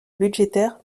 budgétaires